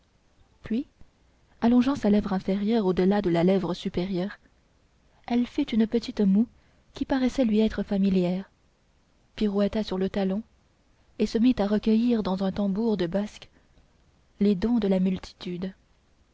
puis allongeant sa lèvre inférieure au delà de la lèvre supérieure elle fit une petite moue qui paraissait lui être familière pirouetta sur le talon et se mit à recueillir dans un tambour de basque les dons de la multitude